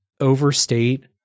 overstate